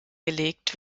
gelegt